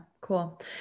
Cool